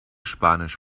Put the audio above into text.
spanisch